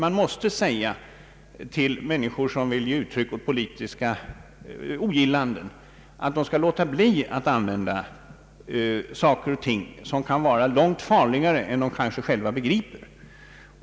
Man måste säga åt människor som vill ge uttryck för politiskt ogillande, att de skall låta bli att använda vapen som kan vara långt farligare än de själva kanske begriper.